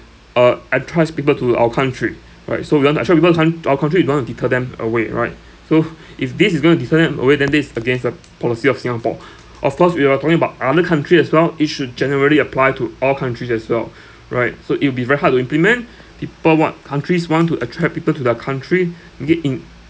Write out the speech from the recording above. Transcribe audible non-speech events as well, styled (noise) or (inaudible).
uh attracts people to our country right so we want to actually we are trying to our country don't want to deter them away right (breath) so (laughs) if this is going to deter them away then this is against the policy of singapore (breath) of course we are talking about other country as well it should generally apply to all countries as well (breath) right so it will be very hard to implement (breath) people what countries want to attract people to their country (breath) get in